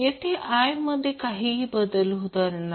येथे I मध्ये काहीही बदल होणार नाही